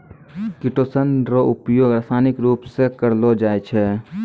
chitosan रो उपयोग रासायनिक रुप से करलो जाय छै